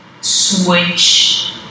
switch